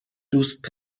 دوست